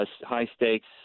high-stakes